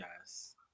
yes